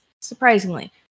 surprisingly